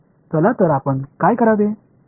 चला तर आपण काय करावे